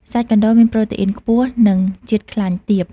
សាច់កណ្តុរមានប្រូតេអ៊ុីនខ្ពស់ និងជាតិខ្លាញ់ទាប។